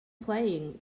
playing